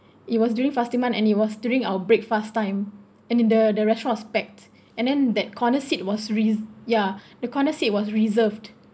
it was during fasting month and it was during our breakfast time and then the the restaurant was packed and then that corner seat was re~ ya the corner seat was reserved